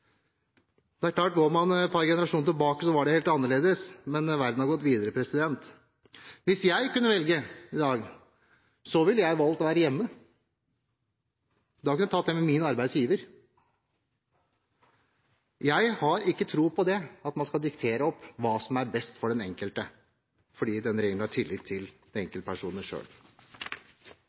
Det er klart at hvis man går et par generasjoner tilbake, var det helt annerledes. Men verden har gått videre. Hvis jeg kunne velge i dag, ville jeg valgt å være hjemme. Da kunne jeg tatt det med min arbeidsgiver. Jeg har ikke tro på at man skal diktere hva som er best for den enkelte. Denne regjeringen har tillit til